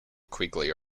quigley